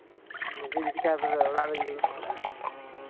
ᱪᱮᱫ ᱤᱧ ᱪᱮᱠᱟᱭᱟ ᱛᱚᱵᱮ ᱚᱲᱟᱜ ᱨᱤᱧ ᱫᱩᱲᱩᱵ ᱠᱚᱜᱼᱟ